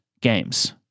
games